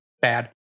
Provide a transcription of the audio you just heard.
bad